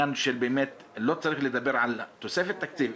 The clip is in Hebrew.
לא צריך לדבר על תוספת תקציב,